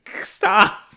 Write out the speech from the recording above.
Stop